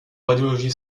radiologie